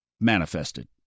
manifested